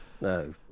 no